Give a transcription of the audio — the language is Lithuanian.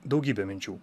daugybė minčių